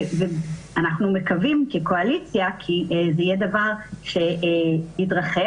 אנחנו מקווים כקואליציה שזה יהיה דבר שיתרחב.